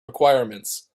requirements